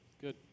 good